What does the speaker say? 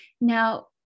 Now